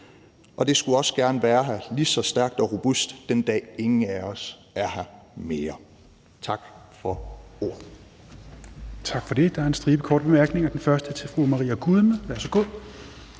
og det skulle også gerne være her lige så stærkt og robust, den dag ingen af os er her mere. Tak for ordet.